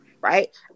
right